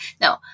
No